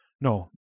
No